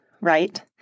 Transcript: right